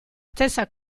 stessa